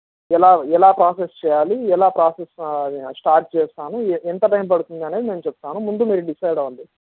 ఎలా ఎలా ప్రాసెస్ చెయ్యాలి ఎలా ప్రాసెస్ స్టార్ట్ చేస్తాను ఎంత టైం పడుతుంది అనేది నేను చెప్తాను ముందు మీరు డిసైడ్ అవ్వండి